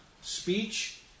speech